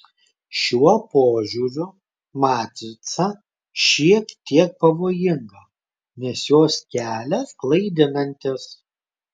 šiuo požiūriu matrica šiek tiek pavojinga nes jos kelias klaidinantis